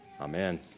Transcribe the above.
Amen